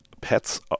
Pets